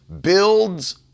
builds